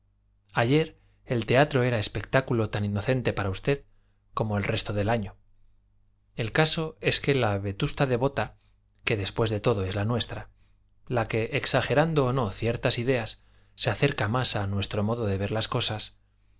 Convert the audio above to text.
ayer el teatro era espectáculo tan inocente para usted como el resto del año el caso es que la vetusta devota que después de todo es la nuestra la que exagerando o no ciertas ideas se acerca más a nuestro modo de ver las cosas